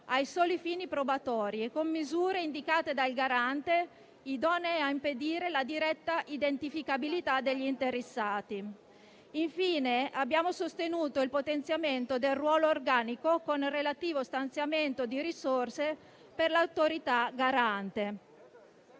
soli fini probatori e con misure indicate dal Garante, idonee a impedire la diretta identificabilità degli interessati. Infine, abbiamo sostenuto il potenziamento del ruolo organico con relativo stanziamento di risorse per l'Autorità garante.